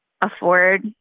afford